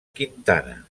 quintana